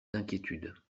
d’inquiétude